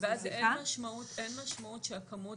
אין משמעות שהכמות